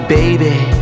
baby